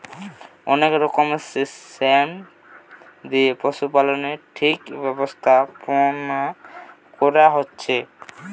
অনেক রকমের সিস্টেম দিয়ে পশুপালনের ঠিক ব্যবস্থাপোনা কোরা হচ্ছে